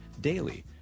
daily